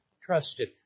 trusted